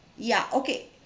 ya okay